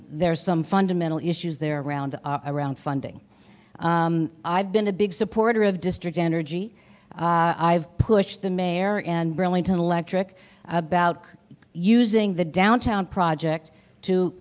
there's some fundamental issues there around our around funding i've been a big supporter of district energy i've pushed the mayor and burlington electric about using the downtown project to